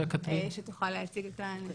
שתוכל להציג את הנתונים.